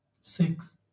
six